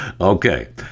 Okay